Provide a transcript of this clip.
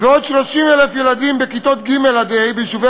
ועוד 30,000 ילדים בכיתות ג' ה' ביישובי